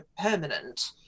permanent